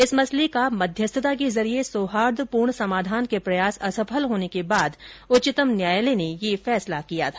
इस मसले का मध्यस्थता के जरिये सौहार्दपूर्ण समाधान के प्रयास असफल होने के बाद उच्चतम न्यायालय ने यह फैसला किया था